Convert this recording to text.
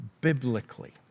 biblically